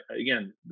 again